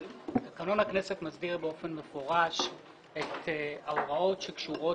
תקנון הכנסת מסדיר באופן מפורש את ההוראות שקשורות